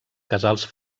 casals